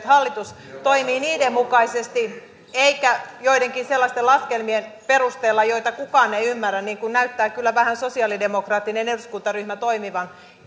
hallitus toimii niiden mukaisesti eikä joidenkin sellaisten laskelmien perusteella joita kukaan ei ymmärrä niin kuin näyttää kyllä vähän sosialidemokraattinen eduskuntaryhmä toimivan